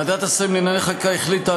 ועדת השרים לענייני חקיקה החליטה,